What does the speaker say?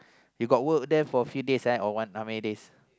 we got work there for few days right or one how many days